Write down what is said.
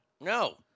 No